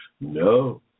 No